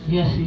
Yes